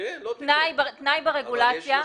תנאי ברגולציה,